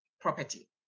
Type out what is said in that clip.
property